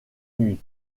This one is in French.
nuit